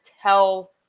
tell